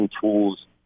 tools